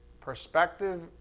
Perspective